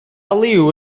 liw